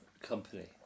company